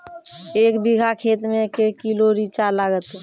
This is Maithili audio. एक बीघा खेत मे के किलो रिचा लागत?